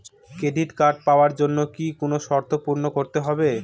Credit card পাওয়ার জন্য কি কি শর্ত পূরণ করতে হবে?